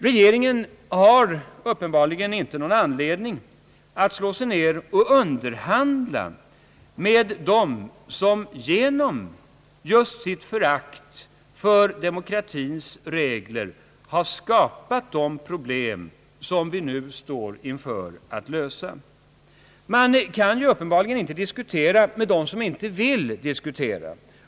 Regeringen har uppenbarligen ingen anledning att börja med att slå sig ned för att underhandla med dem som just genom sitt förakt för demokratins regler har skapat de problem som vi nu skall försöka lösa. Man kan uppenbarligen inte diskutera med dem som inte vill diskutera.